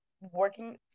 working